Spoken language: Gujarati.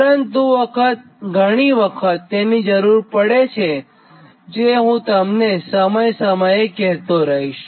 પરંતુ ઘણી વખત તેની જરૂર પડે છે જે હું તમને સમય રહેશેતો કહીશ